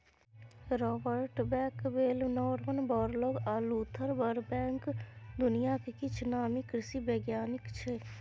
Robert Bakewell, Norman Borlaug आ Luther Burbank दुनियाक किछ नामी कृषि बैज्ञानिक छै